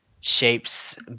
shapes